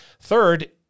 Third